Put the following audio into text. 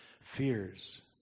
fears